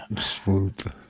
Swoop